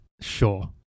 sure